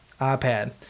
iPad